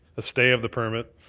a stay of the permit.